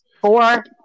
four